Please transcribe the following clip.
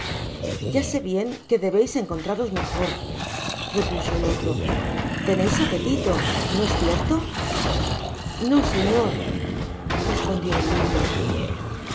ya se bien que debeis encontraros mejor repuso el otro teneis apetito no es cierto rno señor respondió el niño